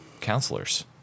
counselors